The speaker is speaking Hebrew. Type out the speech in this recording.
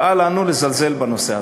ואל לנו לזלזל בו.